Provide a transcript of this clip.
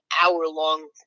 hour-long